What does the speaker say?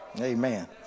Amen